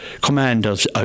commanders